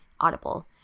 Audible